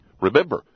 Remember